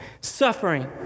Suffering